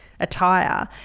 attire